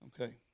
Okay